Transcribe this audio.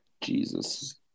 Jesus